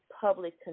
public